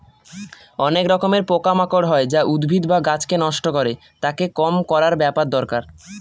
অনেক রকমের পোকা মাকড় হয় যা উদ্ভিদ বা গাছকে নষ্ট করে, তাকে কম করার ব্যাপার দরকার